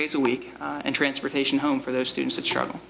days a week and transportation home for those students the trouble